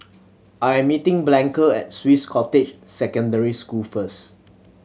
I am meeting Blanca at Swiss Cottage Secondary School first